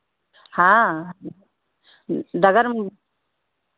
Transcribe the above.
हाँ डगर